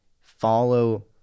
follow